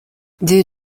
due